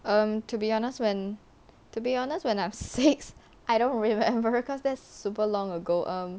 um to be honest when to be honest when I'm six I don't remember cause that's super long ago um